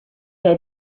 day